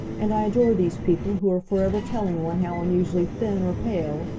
and i adore these people who are forever telling one how unusually thin, or pale,